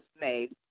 made